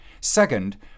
Second